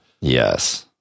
Yes